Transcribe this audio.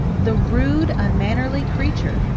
the rude, unmannerly creature!